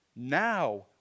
Now